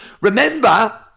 Remember